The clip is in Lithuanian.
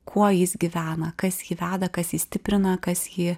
kuo jis gyvena kas jį veda kas jį stiprina kas jį